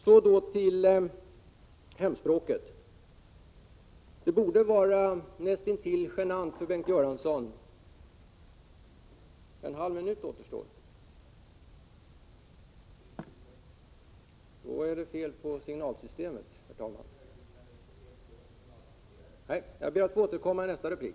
Jag ber att få återkomma till frågan om hemspråksundervisningen i nästa replik.